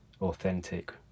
authentic